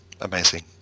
amazing